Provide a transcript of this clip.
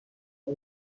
عوض